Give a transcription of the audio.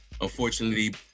unfortunately